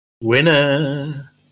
Winner